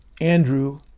Andrew